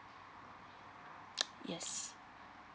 yes